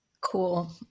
Cool